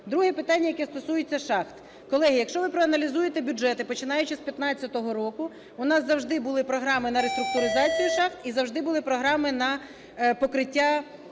Друге питання, яке стосується шахт. Колеги, якщо ви проаналізуєте бюджети, починаючи з 15-го року, у нас завжди були програми на реструктуризацію шахт і завжди були програми на покриття збитків.